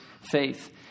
faith